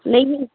लेई